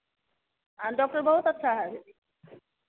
हाँ डॉक्टर बहुत अच्छा है दीदी